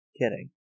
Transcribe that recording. kidding